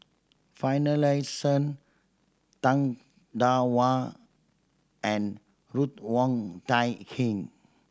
Finlayson Tang Da Wu and Ruth Wong Hie King